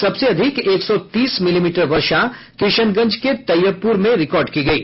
सबसे अधिक एक सौ तीस मिलीमीटर वर्षा किशनगंज के तैयबपुर में रिकार्ड की गयी